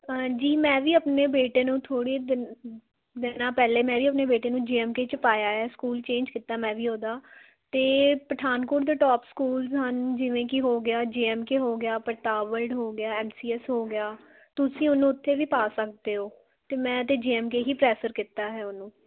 ਹਾਂਜੀ ਮੈਂ ਵੀ ਆਪਣੇ ਬੇਟੇ ਨੂੰ ਥੋੜ੍ਹੇ ਦਿਨ ਦਿਨਾਂ ਪਹਿਲੇ ਮੈਂ ਵੀ ਆਪਣੇ ਬੇਟੇ ਨੂੰ ਜੇ ਐਮ ਕੇ 'ਚ ਪਾਇਆ ਹੈ ਸਕੂਲ ਚੇਂਜ ਕੀਤਾ ਮੈਂ ਵੀ ਉਹਦਾ ਅਤੇ ਪਠਾਨਕੋਟ ਦਾ ਟੋਪ ਸਕੂਲਜ਼ ਹਨ ਜਿਵੇਂ ਕਿ ਹੋ ਗਿਆ ਜੇ ਐਮ ਕੇ ਹੋ ਗਿਆ ਪ੍ਰਤਾਪ ਵਰਲਡ ਹੋ ਗਿਆ ਐਮ ਸੀ ਐਸ ਹੋ ਗਿਆ ਤੁਸੀਂ ਉਹਨੂੰ ਉੱਥੇ ਵੀ ਪਾ ਸਕਦੇ ਹੋ ਅਤੇ ਮੈਂ ਤਾਂ ਜੇ ਐਮ ਕੇ ਹੀ ਪ੍ਰੈਫਰ ਕੀਤਾ ਹੈ ਉਹਨੂੰ